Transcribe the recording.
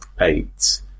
eight